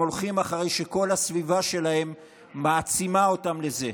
הם הולכים אחרי שכל הסביבה שלהם מעצימה אותם לזה.